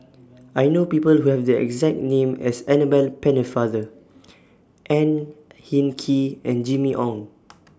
I know People Who Have The exact name as Annabel Pennefather Ang Hin Kee and Jimmy Ong